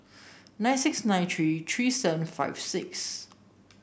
nine six nine three three seven five six